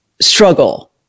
struggle